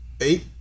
Eight